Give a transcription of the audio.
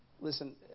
Listen